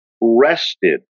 rested